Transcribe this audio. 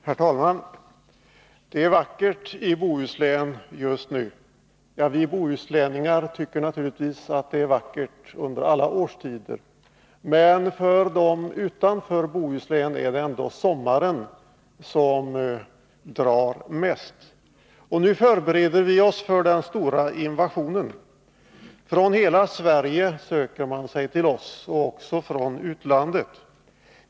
Herr talman! Det är vackert i Bohuslän just nu. Vi bohuslänningar tycker naturligtvis att det är vackert under alla årstider, men för dem utanför landskapet är det ändå sommaren som drar mest. Nu förbereder vi oss för den stora invasionen. Från hela Sverige söker man sig till oss och också från utlandet.